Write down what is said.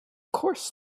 course